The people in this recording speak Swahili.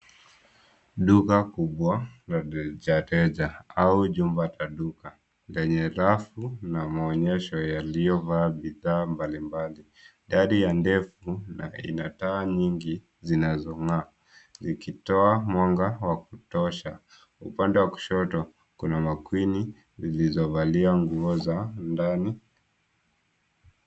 Duka kubwa la rejareja au jumba la duka ndani ya rafu na maonyesho yaliyovaa bidhaa mbalimbali, daria ndefu na ina taa nyingi zinazong'aa zikitoa mwanga wa kutosha. Upande wa kushoto, kuna makwini zilizovalia nguo za ndani.